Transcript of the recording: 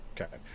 Okay